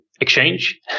Exchange